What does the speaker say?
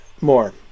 More